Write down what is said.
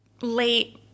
Late